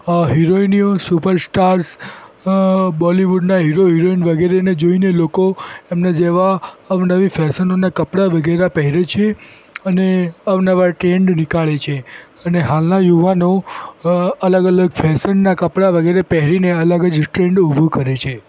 અ હિરોઈનીઓ સુપરસ્ટાર્સ અ બોલિવૂડના હીરો હિરોઈન વગેરેને જોઈને લોકો એમના જેવા અવનવી ફૅશનોનાં કપડાં વગેરે પહેરે છે અને અવનવા ટ્રૅન્ડ નીકાળે છે અને હાલના યુવાનો અ અલગ અલગ ફૅશનનાં કપડાં વગેરે પહેરીને અલગ ટ્રૅન્ડ જ ઊભું કરે છે